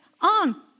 on